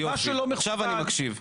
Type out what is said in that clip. יופי, עכשיו אני מקשיב.